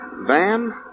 Van